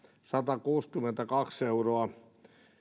satakuusikymmentäkaksi euroa